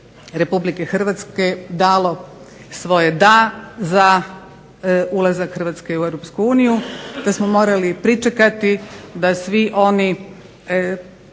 Republike Hrvatske dalo svoje da za ulazak Hrvatske u Europsku uniju te smo morali pričekati da svi oni